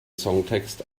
songtext